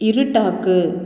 இருட்டாக்கு